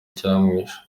icyamwishe